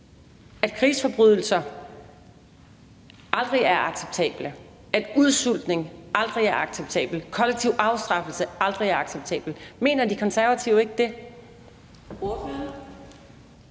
at krigsforbrydelser aldrig er acceptable; at udsultning aldrig er acceptabelt, at kollektiv afstraffelse aldrig er acceptabelt. Mener De Konservative ikke det?